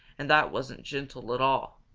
and that wasn't gentle at all.